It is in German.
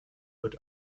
wird